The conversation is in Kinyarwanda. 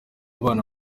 bana